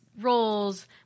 roles